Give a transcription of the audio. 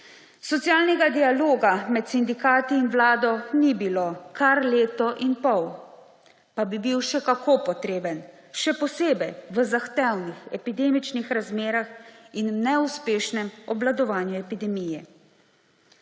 socialnega dialoga med sindikati in Vlado ni bilo kar leto in pol; pa bi bil še kako potreben, še posebej v zahtevnih epidemičnih razmerah in neuspešnem obvladovanju epidemije.